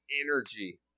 Energy